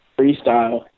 freestyle